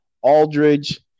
Aldridge